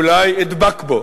אולי אדבק בו,